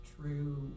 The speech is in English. true